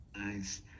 Nice